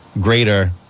greater